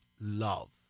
love